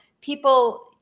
people